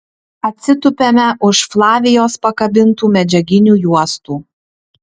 atsitupiame už flavijos pakabintų medžiaginių juostų